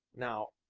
now,